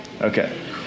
Okay